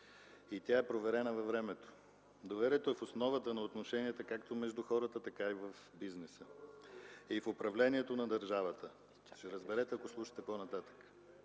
и тя е проверена във времето. Доверието е в основата на отношенията както между хората, така в бизнеса и в управлението на държавата. (Реплики от КБ.) Ще разберете, ако слушате нататък.